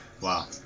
Wow